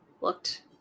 looked